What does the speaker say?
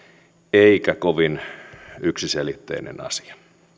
eikä kovin yksiselitteinen asia